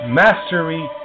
mastery